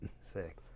Sick